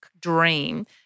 dream